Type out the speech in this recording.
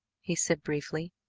he said briefly.